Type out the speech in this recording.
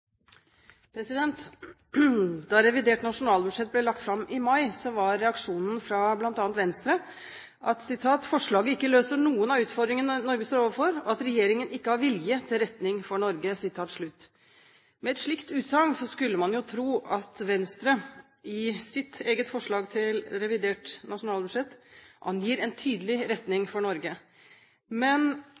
Da revidert nasjonalbudsjett ble lagt fram i mai, var reaksjonen fra bl.a. Venstre at forslaget «løser ingen av de utfordringene Norge står overfor», og at «regjeringen ikke har noen vilje til retning for Norge». Med et slikt utsagn skulle man jo tro at Venstre i sitt eget forslag til revidert nasjonalbudsjett angir en tydelig retning for Norge. Men